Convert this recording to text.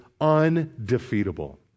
undefeatable